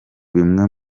bimwe